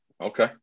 Okay